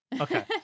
Okay